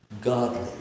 Godly